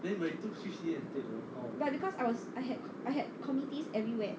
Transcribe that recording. but because I was I had I had committees everywhere